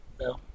No